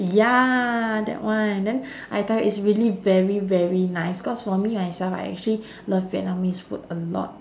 ya that one then I tell you it's really very very nice cause for me myself I actually love vietnamese food a lot